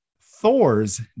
Thor's